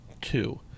two